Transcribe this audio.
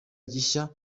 gishya